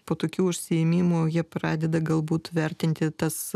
po tokių užsiėmimų jie pradeda galbūt vertinti tas